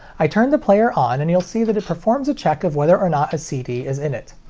i turn the player on, and you'll see that it performs a check of whether or not a cd is in it.